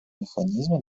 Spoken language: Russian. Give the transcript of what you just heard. механизма